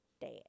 dad